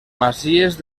masies